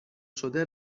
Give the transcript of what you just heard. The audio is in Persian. شده